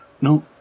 No